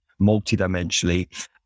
multidimensionally